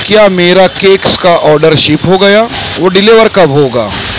کیا میرا کیکس کا آرڈر شپ ہوگیا وہ ڈیلیور کب ہوگا